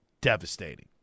Devastating